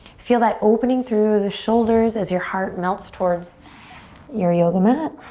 feel that opening through the shoulders as your heart melts towards your yoga mat.